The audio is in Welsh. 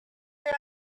beth